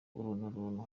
urunturuntu